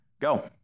go